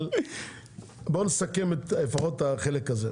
אבל בואו נסכם לפחות את החלק הזה.